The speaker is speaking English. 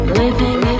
living